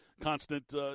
constant